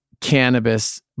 cannabis